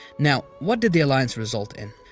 now, what did the alliance result in?